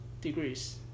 degrees